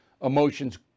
emotions